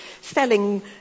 selling